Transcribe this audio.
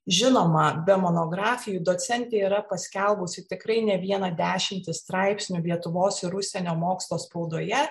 žinoma be monografijų docentė yra paskelbusi tikrai ne vieną dešimtį straipsnių lietuvos ir užsienio mokslo spaudoje